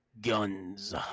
guns